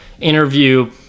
interview